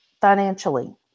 financially